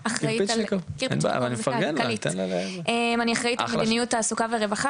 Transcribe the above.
אני אחראית על מדיניות תעסוקה ורווחה